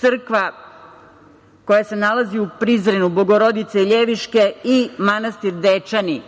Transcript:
crkva koja se nalazi u Prizrenu Bogorodice Ljeviške i manastir Dečani.